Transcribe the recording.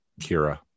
kira